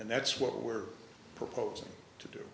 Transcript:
and that's what we're proposing to do